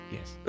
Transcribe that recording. Yes